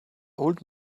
old